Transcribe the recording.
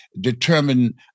determine